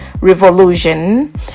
revolution